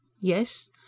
Yes